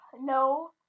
no